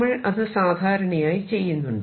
നമ്മൾ അത് സാധാരണയായി ചെയ്യുന്നുണ്ട്